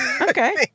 Okay